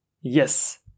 Yes